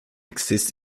exists